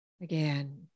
Again